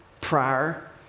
prior